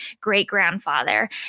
great-grandfather